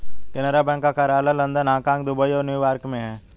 Canara bank का कार्यालय London Hong Kong Dubai और न्यू यॉर्क में है